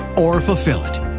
or fulfill it?